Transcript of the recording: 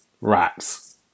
rats